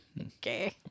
Okay